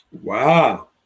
Wow